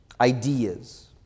ideas